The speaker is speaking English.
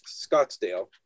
Scottsdale